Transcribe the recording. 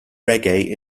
reggae